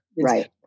Right